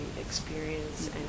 experience